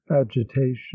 agitation